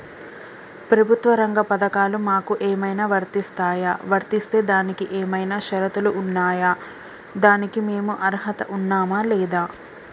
ప్రభుత్వ రంగ పథకాలు మాకు ఏమైనా వర్తిస్తాయా? వర్తిస్తే దానికి ఏమైనా షరతులు ఉన్నాయా? దానికి మేము అర్హత ఉన్నామా లేదా?